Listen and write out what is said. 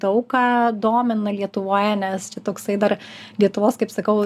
daug ką domina lietuvoje nes čia toksai dar lietuvos kaip sakau